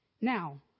Now